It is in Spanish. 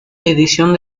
edición